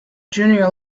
junior